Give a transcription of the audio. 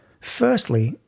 Firstly